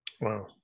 Wow